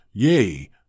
Yea